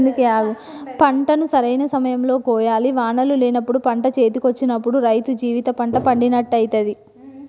పంటను సరైన సమయం లో కోయాలి వానలు లేనప్పుడు పంట చేతికొచ్చినప్పుడు రైతు జీవిత పంట పండినట్టయితది